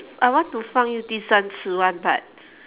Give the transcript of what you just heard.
I want to 放 you 第三次 one but